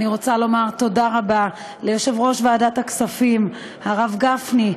אני רוצה לומר תודה רבה ליושב-ראש ועדת הכספים הרב גפני,